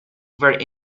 were